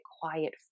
quiet